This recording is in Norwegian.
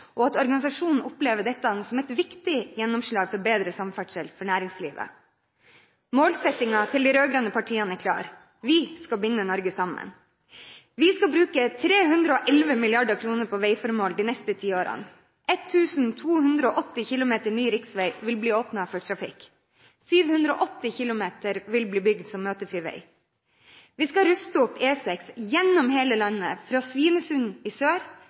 og at organisasjonen opplever dette som et viktig gjennomslag for bedre samferdsel for næringslivet. Målsettingen til de rød-grønne partiene er klar: Vi skal binde Norge sammen. Vi skal bruke 311 mrd. kr på veiformål de neste ti årene. 1 280 km ny riksvei vil bli åpnet for trafikk, og 780 km vil bli bygd som møtefri vei. Vi skal ruste opp E6 gjennom hele landet, fra Svinesund i sør